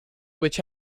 which